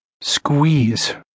Squeeze